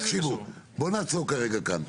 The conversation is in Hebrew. בואו נעצור רגע כאן,